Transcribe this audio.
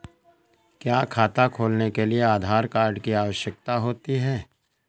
क्या खाता खोलने के लिए आधार कार्ड की आवश्यकता होती है?